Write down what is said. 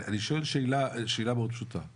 אני שואל שאלה מאוד פשוטה,